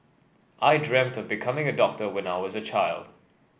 I dreamt of becoming a doctor when I was a child